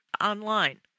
online